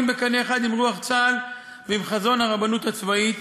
בקנה אחד עם רוח צה"ל ועם חזון הרבנות הצבאית,